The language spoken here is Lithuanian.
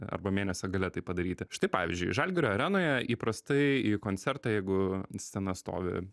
arba mėnesio gale tai padaryti štai pavyzdžiui žalgirio arenoje įprastai į koncertą jeigu scena stovi